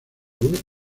une